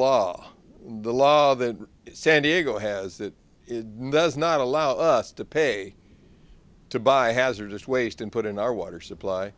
law the law that san diego has that does not allow us to pay to buy hazardous waste and put in our water supply